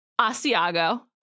Asiago